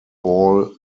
ball